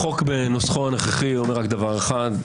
החוק בנוסחו הנוכחי אומר רק דבר אחד: